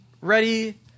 ready